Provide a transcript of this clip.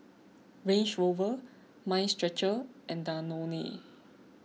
Range Rover Mind Stretcher and Danone